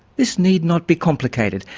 this need not be complicated,